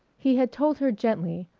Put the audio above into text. he had told her gently,